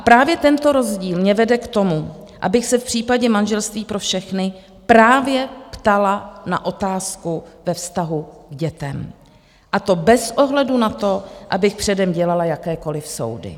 Právě tento rozdíl mě vede k tomu, abych se v případě manželství pro všechny právě ptala na otázku ve vztahu k dětem, a to bez ohledu na to, abych předem dělala jakékoliv soudy.